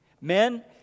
Men